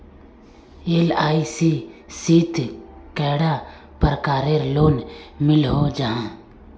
LIC शित कैडा प्रकारेर लोन मिलोहो जाहा?